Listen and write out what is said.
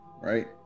right